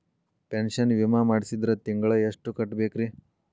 Pension ವಿಮಾ ಮಾಡ್ಸಿದ್ರ ತಿಂಗಳ ಎಷ್ಟು ಕಟ್ಬೇಕ್ರಿ?